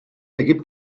ergibt